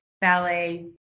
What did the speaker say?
ballet